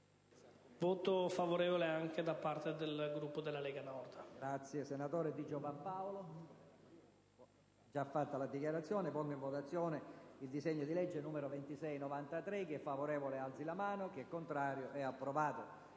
voto favorevole da parte del Gruppo della Lega Nord.